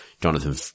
Jonathan